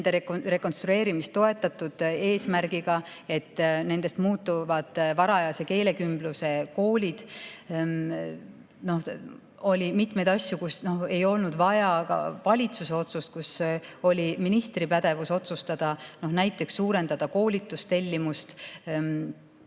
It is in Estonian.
rekonstrueerimist toetatud selle eesmärgiga, et nendest saavad varajase keelekümbluse koolid. Oli veel mitmeid asju, kus ei olnud vaja valitsuse otsust, kus oli ministri pädevus otsustada. Näiteks otsus suurendada koolitustellimust, aga